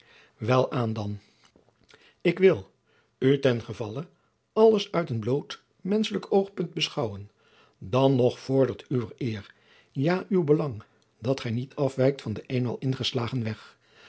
welaan dan ik wil u ten gevalle alles uit een bloot menschelijk oogpunt beschouwen dan nog vordert uwe eer ja uw belang dat gij niet afwijkt van den eenmaal ingeslagen weg